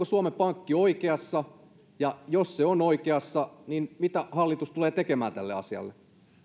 suomen pankki oikeassa ja jos se on oikeassa niin mitä hallitus tulee tekemään tälle asialle